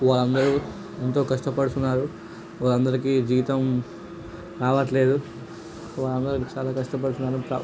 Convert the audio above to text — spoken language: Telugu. వాళ్ళందరూ ఎంతో కష్టపడుతున్నారు వాళ్ళందరికీ జీతం రావట్లేదు వాళ్ళందరూ చాలా కష్టపడుతున్నారు